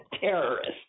terrorist